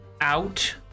out